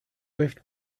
left